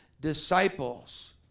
disciples